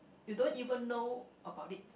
you don't even know about it